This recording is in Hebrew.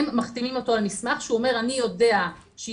הן מחתימות אותו על מסמך שאומר: אני יודע שייבדק